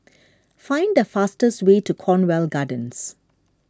find the fastest way to Cornwall Gardens